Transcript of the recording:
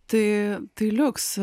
tai tai liuks